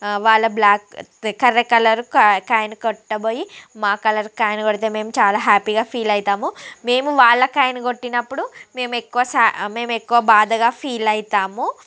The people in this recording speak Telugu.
వాళ్ల బ్లాక్ కర్రె కలర్ కాయిన్ కొట్టబోయి మా కలర్ కాయిన్ కొడితే మేము చాలా హ్యాపీగా ఫీల్ అవుతాము మేము వాళ్ళ కాయిన్ కొట్టినప్పుడు మేము ఎక్కువ మేము ఎక్కువ బాధగా ఫీల్ అవుతాము